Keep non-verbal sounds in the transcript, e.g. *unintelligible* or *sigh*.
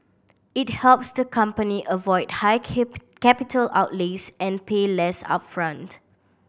it helps the company avoid high *unintelligible* capital outlays and pay less upfront